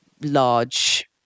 large